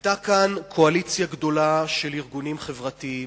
היתה כאן קואליציה גדולה של ארגונים חברתיים,